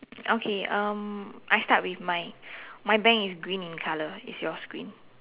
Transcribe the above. okay um I start with mine my bank is green in colour is yours green